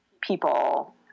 people